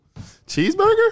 cheeseburger